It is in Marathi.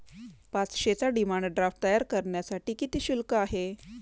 पाचशेचा डिमांड ड्राफ्ट तयार करण्यासाठी किती शुल्क आहे?